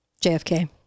JFK